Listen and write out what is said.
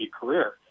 career